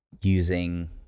using